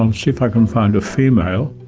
um see if i can find a female.